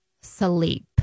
sleep